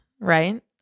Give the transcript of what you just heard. right